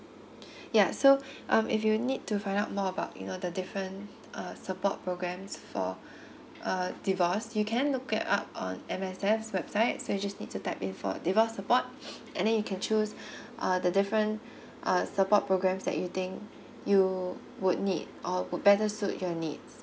ya so um if you need to find out more about you know the different uh support programs for uh divorce you can look it up on M_S_F website so you just need to type in for divorce support and then you can choose uh the different uh support programs that you think you would need or would better suit your needs